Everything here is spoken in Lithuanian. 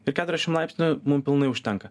ir keturiadešim laipsnių mum pilnai užtenka